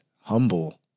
humble